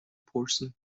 پرسی